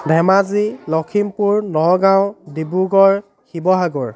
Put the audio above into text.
Dhemaji Lakhimpur Nagaon Dibrugarh Sivasagar